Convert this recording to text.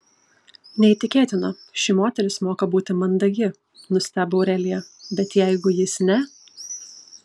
neįtikėtina ši moteris moka būti mandagi nustebo aurelija bet jeigu jis ne